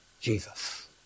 Jesus